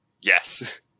Yes